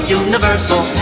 universal